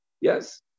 yes